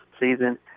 season